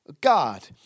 God